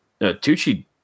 Tucci